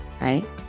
right